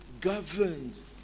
governs